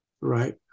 right